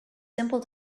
simple